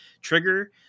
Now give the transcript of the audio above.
trigger